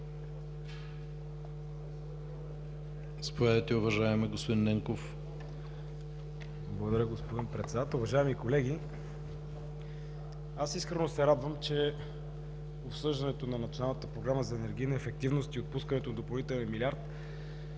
Благодаря, господин Председател.